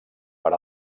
per